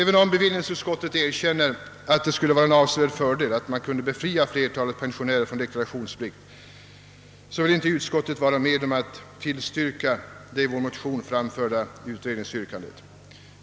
Även om bevillningsutskottet erkänner att det skulle vara en avsevärd fördel, om man kunde befria flertalet pensionärer från deklarationsplikt, vill inte utskottet tillstyrka det i vår motion framförda utredningsyrkandet.